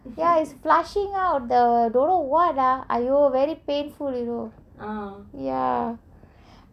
ya is flushing out the don't know [what] ah !aiyo! very painful you know ya